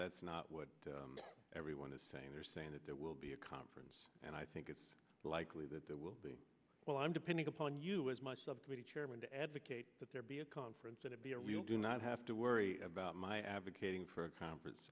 that's not what everyone is saying they're saying that there will be a conference and i think it's likely that there will be well i'm depending upon you as my subcommittee chairman to advocate that there be a conference and it be a real do not have to worry about my advocating for a conference